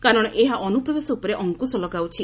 କାରଣ ଏହା ଅନୁପ୍ରବେଶ ଉପରେ ଅଙ୍କୁଶ ଲଗାଉଛି